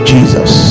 Jesus